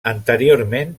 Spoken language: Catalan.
anteriorment